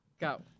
Go